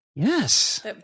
Yes